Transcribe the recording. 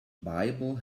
bible